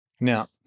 Now